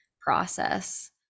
process